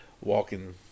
walking